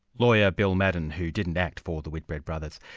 lawyer bill madden, who didn't act for the whitbread brothers.